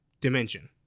dimension